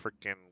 freaking